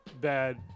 bad